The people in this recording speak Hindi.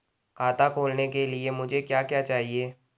खाता खोलने के लिए मुझे क्या क्या चाहिए?